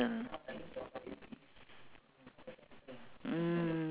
cook at home right ya you seldom ya th~ ya ya same same